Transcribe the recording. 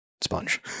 sponge